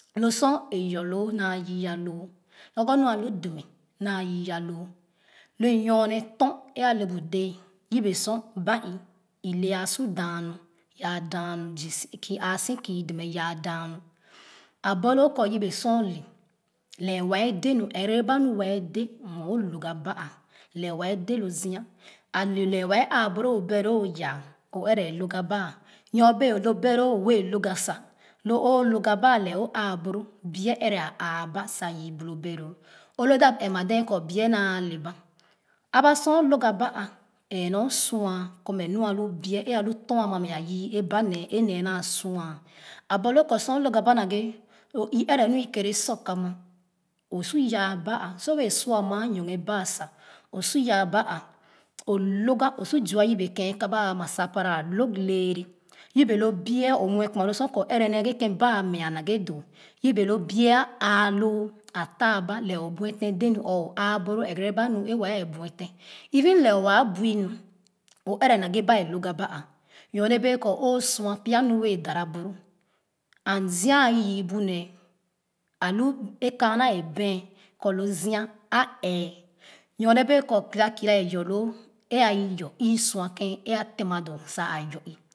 Lo sor e yɔɔ naa yii aloo lorgor alu demɛ naa yii aloo lo inyonr tɔɔn e ale bu dee yebe sor bai yai su daa nu yaa danu zii si aa si kii demɛ yaa daa nu aborbo kɔ yebe sor ole lɛɛh wɛɛ de nu ɛrɛ ba nu wɛɛ de mɛ o lōg gaba"a lɛɛ wɛɛ de lo zia ale lɛɛh wɛɛ aboro o beloo a yaa o ɛrɛ lōg gaba nyobee lo beloo vɛɛ lōg gasa lo oo lōg gaba lɛɛ wɛɛ aboro biɛ ɛvɛ aa ba sa yu bu lo brloo olo da ɛnma dee kɔ biɛ naa le ba aba sor o biɛ alo tɔɔn mɛ yii aba nee e nee naa sua a borloo kɔ sor log gaba naghe o ɛrɛ nu ikerɛ soak ama o su yaa ba a sor wɛɛ sua maa yoghɛ ba sa o su yaa ba a o log ga o su zua yebe ken aka ba ama spara lōg lɛɛrɛ yebe lo bɛ o muɛ kɔ kpaa lo su kɔ ɛrɛ naghe kii ba meah naghe doo yebe lo biɛ aa loo a taaba lɛɛ obhetem de nu or o aa boro ɛgɛrɛ ba nu e wɛɛ buɛ ten even lɛa waa bui nu o ɛrɛ naghe ba e lōg gaba'a nyohe bee kɔ o sua pya nu wɛɛ da na boro and zia ai yii bu nee alu kaana ɛbɛɛn kɔ lo zia aa ɛɛ nyone bee kɔ kera kera e yɔɔloo e aii esua ken a tema doo sa a yɔɔbii